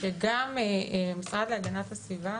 שגם משרד להגנת הסביבה